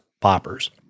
poppers